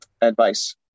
advice